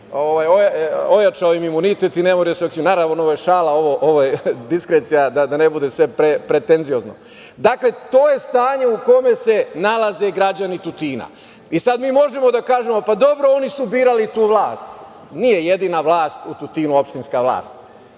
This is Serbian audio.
ojačao im je imunitet i ne moraju da se vakcinišu. Naravno, ovo je šala, ovo je diskrecija, da ne bude sve pretenciozno. Dakle, to je stanje u kome se nalaze građani Tutina. Sada mi možemo da kažem, oni su birali tu vlast. Nije jedina vlast u Tutinu, opštinska vlast,